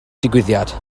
digwyddiad